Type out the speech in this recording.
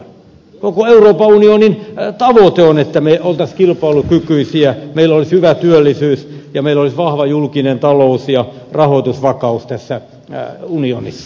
koko euroopan unionin tavoite on että me olisimme kilpailukykyisiä meillä olisi hyvä työllisyys ja meillä olisi vahva julkinen talous ja rahoitusvakaus tässä unionissa